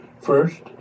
First